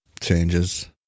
changes